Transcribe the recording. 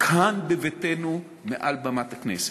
כאן בביתנו, מעל במת הכנסת.